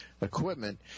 equipment